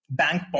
bank